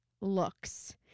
Looks